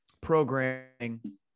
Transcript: programming